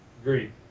Agreed